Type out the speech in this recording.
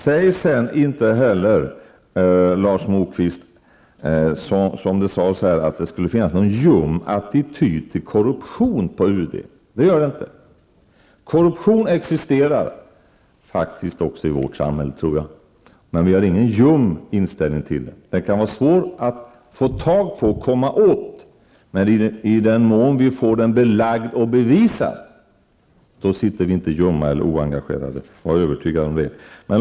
Säg inte heller, Lars Moquist, att det på UD skulle finnas någon ljum attityd till korruption. Det gör det inte. Korruption existerar -- jag tror faktiskt att det existerar också i vårt samhälle -- men vi har ingen ljum inställning till det. Den kan vara svår att få tag på och komma åt, men i den mån vi får den belagd och bevisad sitter vi inte ljumma eller oengagerade. Var övertygad om det!